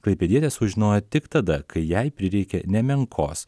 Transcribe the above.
klaipėdietė sužinojo tik tada kai jai prireikė nemenkos